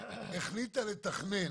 החליטה לתכנן,